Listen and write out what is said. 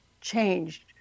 changed